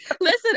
listen